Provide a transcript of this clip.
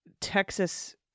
Texas